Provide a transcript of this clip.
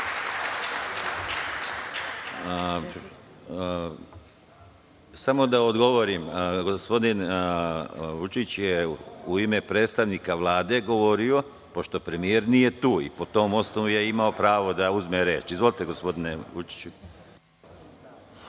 mi da odgovorim. Gospodin Vučić je u ime predstavnika Vlade govorio pošto premijer nije tu i po tom osnovu je imao pravo da uzme reč. Reč ima gospodin Vučić.